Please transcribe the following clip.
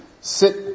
sit